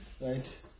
right